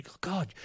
God